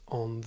on